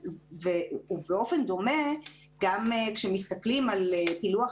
באופן דומה גם כאשר מסתכלים על פילוח